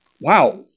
wow